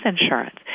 insurance